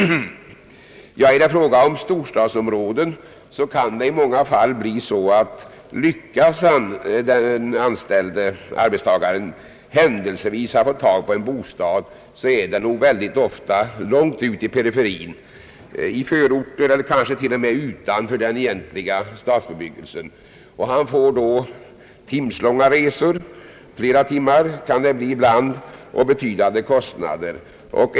Är det fråga om ett storstadsområde och arbetstagaren händelsevis lyckats få tag på en bostad, ligger den ofta långt ute i periferin — i en förort eller kanske t.o.m. utanför den egentliga stadsbebyggelsen. Han får då långa resor — flera timmar kan det bli ibland — och betydande kostnader.